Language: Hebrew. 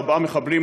ארבעה מחבלים,